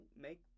make